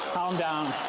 calm down.